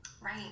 Right